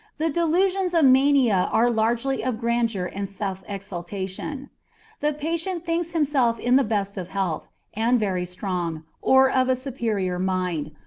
the delusions of mania are largely of grandeur and self-exaltation the patient thinks himself in the best of health, and very strong, or of a superior mind,